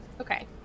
Okay